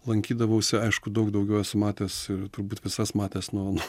lankydavausi aišku daug daugiau esu matęs ir turbūt visas matęs nuo nuo